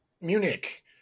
Munich